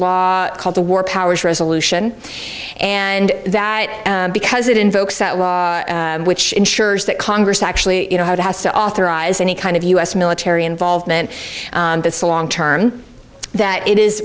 law called the war powers resolution and that because it invokes that law which ensures that congress actually you know how it has to authorize any kind of u s military involvement that's a long term that it is